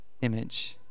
image